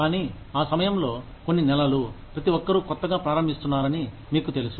కానీ ఆ సమయంలో కొన్ని నెలలు ప్రతి ఒక్కరూ కొత్తగా ప్రారంభిస్తున్నారని మీకు తెలుసు